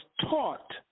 taught